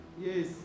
Yes